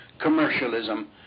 commercialism